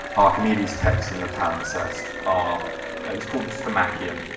archimedes text in the palimpsest. ah ah it's called the stomachion.